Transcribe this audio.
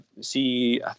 see